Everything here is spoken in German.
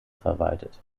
verwaltet